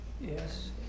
Yes